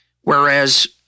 whereas